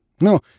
No